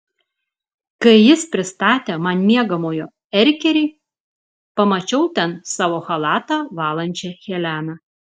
kai jis pristatė man miegamojo erkerį pamačiau ten savo chalatą valančią heleną